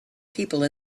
people